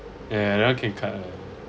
ya ya that one can cut ah